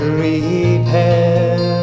repair